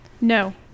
no